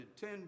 ten